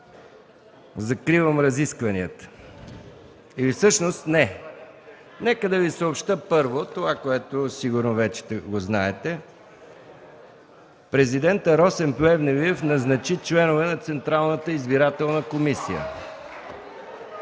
закривам разискванията, или всъщност не. Нека да Ви съобщя, първо, това, което сигурно вече знаете: Президентът Росен Плевнелиев назначи членове на Централната избирателна комисия.